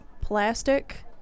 plastic